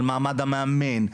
על מעמד המאמן,